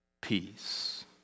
Peace